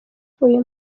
uyu